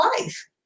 life